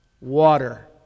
water